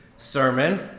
sermon